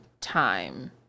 time